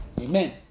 amen